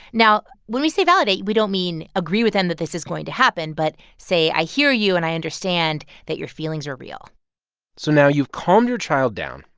now, when we say validate, we don't mean agree with them that this is going to happen, but say, i hear you and i understand that your feelings are real so now you've calmed your child down,